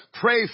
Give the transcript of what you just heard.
pray